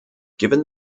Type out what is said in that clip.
given